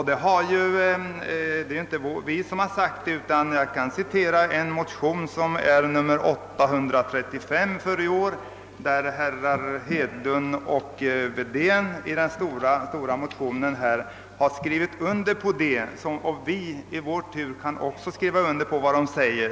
Detta har inte bara framhållits av oss; även herrar Hedlund och Wedén har i motionen II:835 understrukit detta.